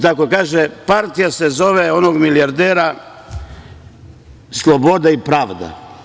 Kaže partija se zove, onog milijardera, sloboda i pravda.